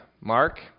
Mark